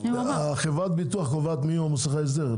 חברת הביטוח קובעת מי יהיו מוסכי ההסדר,